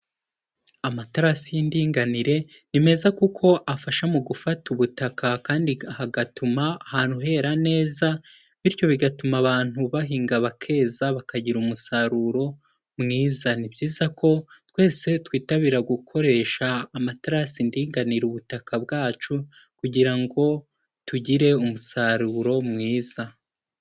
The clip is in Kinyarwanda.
Amatarasi y'indinganire ni meza kuko afasha mu gufata ubutaka kandi hagatuma ahantu uhera neza, bityo bigatuma abantu bahinga bakeza bakagira umusaruro mwiza. Ni byiza ko twese twitabira gukoresha amaterasi ndinganire ubutaka bwacu kugira ngo tugire umusaruro mwiza.